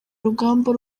urugamba